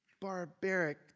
barbaric